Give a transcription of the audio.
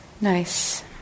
Nice